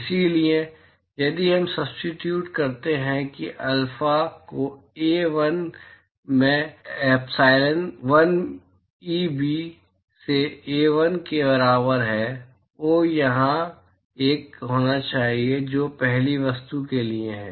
इसलिए यदि हम सब्स्टिट्यूट करते हैं कि अल्फा को ए 1 में ईपीएसलॉन 1 ईबी से ए 1 के बराबर है तो ओह यहां एक होना चाहिए जो पहली वस्तु के लिए है